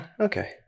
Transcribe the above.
Okay